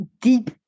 deep